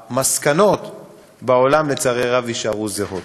המסקנות בעולם, לצערי הרב, יישארו זהות.